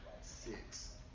six